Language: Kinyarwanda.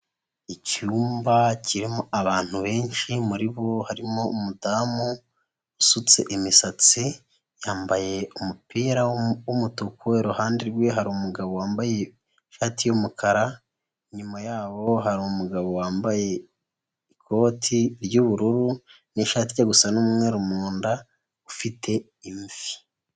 Icyumba kirimo abantu benshi muri bo harimo umudamu usutse imisatsi, yambaye umupira w'umutuku, iruhande rwe hari umugabo wambaye ishati y'umukara, inyuma yabo hari umugabo wambaye ikoti ry'ubururu n'ishati ijya gusa n'umweru mu nda ufite imvi.